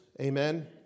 amen